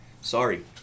Sorry